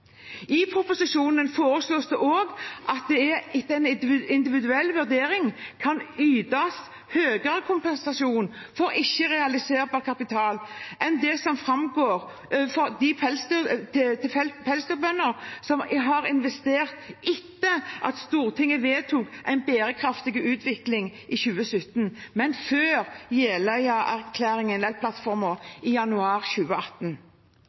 I proposisjonen foreslås det også at det etter en individuell vurdering kan ytes høyere kompensasjon for ikke-realiserbar kapital enn det som framgår ovenfor, til pelsdyrbønder som har investert etter Stortingets vedtak om bærekraftig utvikling i 2017, men før Jeløya-plattformen i januar 2018.